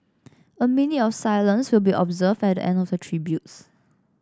a minute of silence will be observed at the end of the tributes